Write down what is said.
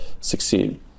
succeed